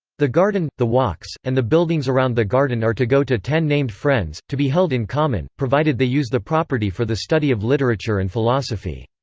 the garden, the walks, and the buildings around the garden are to go to ten named friends, to be held in common, provided they use the property for the study of literature and philosophy.